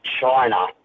China